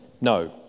No